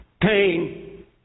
pain